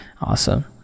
Awesome